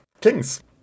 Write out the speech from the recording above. kings